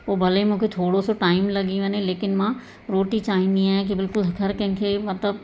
पोइ भले ई मूंखे थोरो सो टाइम लॻी वञे लेकिन मां रोटी चाहींदी आहियां की हर कंहिंखें मतिलबु